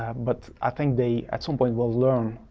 but i think they, at some point, will learn,